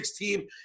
team